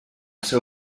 seu